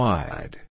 Wide